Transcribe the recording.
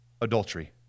adultery